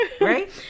right